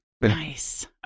Nice